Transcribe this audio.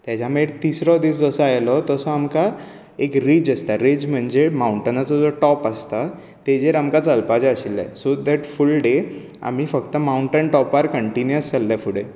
तेच्या मागीर तिसरो दीस जसो आयलो तसो आमकां एक रीज आसता रीज म्हणजे मांवन्टनाचो जो टाॅप आसता तेजेर आमकां चलपाचें आशिल्लें सो देट फूल डे आमी फकत मावन्टन टाॅपार कंन्टीन्यूवस चल्ले फुडें